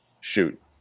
shoot